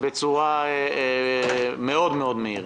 בצורה מאוד מאוד מהירה,